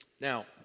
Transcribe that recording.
Now